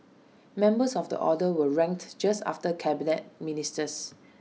members of the order were ranked just after Cabinet Ministers